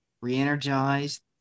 re-energized